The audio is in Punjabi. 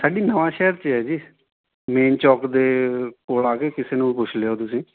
ਸਾਡੀ ਨਵਾਂਸ਼ਹਿਰ 'ਚ ਹੈ ਜੀ ਮੇਨ ਚੌਂਕ ਦੇ ਕੋਲ ਆ ਕੇ ਕਿਸੇ ਨੂੰ ਵੀ ਪੁੱਛ ਲਿਓ ਤੁਸੀਂ